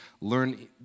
learn